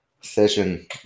session